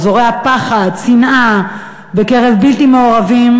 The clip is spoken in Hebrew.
הוא זורע פחד ושנאה בקרב בלתי מעורבים.